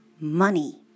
money